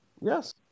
Yes